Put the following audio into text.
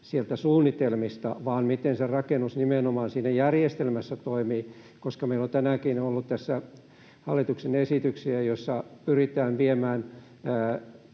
suunnitelmista vaan siitä, miten se rakennus nimenomaan siinä järjestelmässä toimii. Meillä on tänäänkin ollut hallituksen esityksiä, joissa pyritään viemään